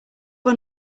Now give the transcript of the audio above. one